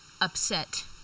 upset